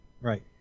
Right